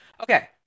Okay